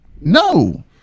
No